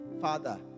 father